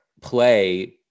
play